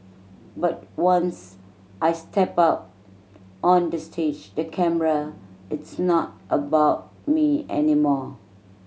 but once I step out on the stage the camera it's not about me anymore